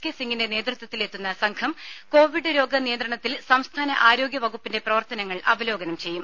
K സിങ്ങിന്റെ നേതൃത്വത്തിൽ എത്തുന്ന സംഘം കോവിഡ് രോഗ നിയന്ത്രണത്തിൽ സംസ്ഥാന ആരോഗ്യ വകുപ്പിന്റെ പ്രവർത്തനങ്ങൾ അവലോകനം ചെയ്യും